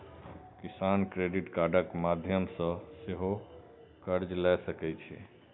किसान क्रेडिट कार्डक माध्यम सं सेहो कर्ज लए सकै छै